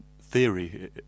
theory